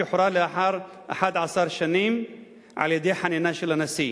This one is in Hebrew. ושוחרר לאחר 11 שנים על-ידי חנינה של הנשיא,